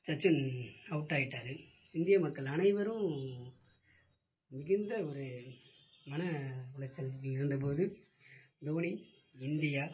Sachin out ஆயிட்டார் இந்திய மக்கள் அனைவரும் மிகுந்த ஒரு மன உளைச்சல்கள இருந்த போது தோனி இந்தியா